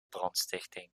brandstichting